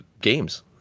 games